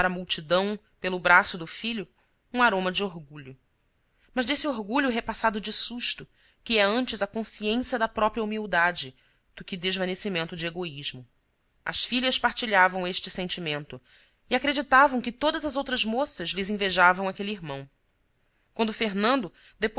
multidão pelo braço do filho um aroma de orgulho mas desse orgulho repassado de susto que é antes a consciência da própria humildade do que desvanecimento de egoísmo as filhas partilhavam este sentimento e acreditavam que todas as outras moças lhes invejavam aquele irmão quando fernando